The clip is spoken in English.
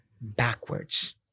backwards